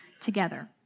together